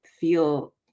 feel